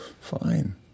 fine